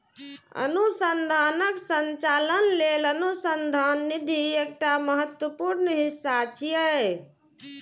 अनुसंधानक संचालन लेल अनुसंधान निधि एकटा महत्वपूर्ण हिस्सा छियै